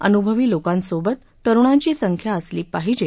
अनुभवी लोकांसोबत तरुणांची संख्या असली पाहिजे